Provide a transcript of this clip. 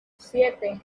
siete